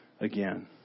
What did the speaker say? again